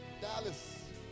Dallas